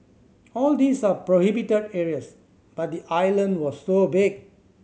all these are prohibited areas but the island was so big